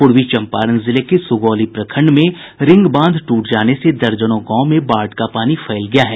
पूर्वी चम्पारण जिले के सुगौली प्रखंड में रिंग बांध टूट जाने से दर्जनों गांव में बाढ़ का पानी फैल गया है